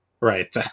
right